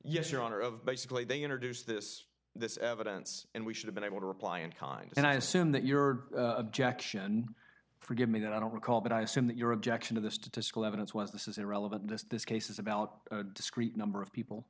yes your honor of basically they introduce this this evidence and we should've been able to reply in kind and i assume that your objection forgive me that i don't recall but i assume that your objection to the statistical evidence was this is irrelevant to this case is about a discrete number of people